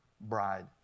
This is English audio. bride